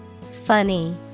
Funny